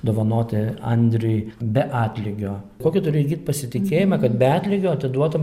dovanoti andriui be atlygio kokį turi įgyt pasitikėjimą kad be atlygio atiduotum